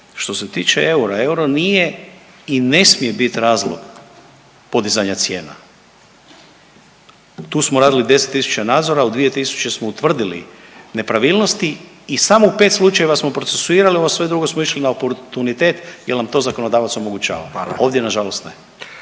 Što se tiče eura, euro nije i ne smije bit razlog podizanja cijena, tu smo radili 10.000 nadzora u 2.000 smo utvrdili nepravilnosti i samo u pet slučajeva smo procesuirali ovo sve drugo smo išli na oportunitet jel nam to zakonodavac omogućava …/Upadica Radin: